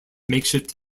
makeshift